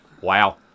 wow